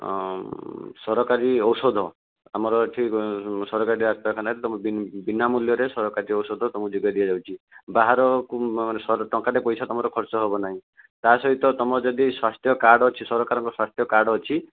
ସରକାରୀ ଔଷଧ ଆମର ଏଇଠି ସରକାରୀ ଡାକ୍ତରଖାନାରେ ବିନା ମୂଲ୍ୟରେ ସରକାରୀ ଔଷଧ ତୁମକୁ ଯୋଗେଇ ଦିଆଯାଉଛି ବାହାରକୁ ଟଙ୍କାଟିଏ ପଇସା ତୁମର ଖର୍ଚ୍ଚ ହେବ ନାହିଁ ତାହା ସହିତ ତୁମର ଯଦି ସ୍ଵାସ୍ଥ୍ୟ କାର୍ଡ଼ ଅଛି ସରକାରଙ୍କ ସ୍ଵାସ୍ଥ୍ୟ କାର୍ଡ଼ ଅଛି